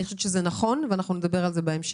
אני חושבת שככה זה נכון, נדבר על זה בהמשך.